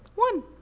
one.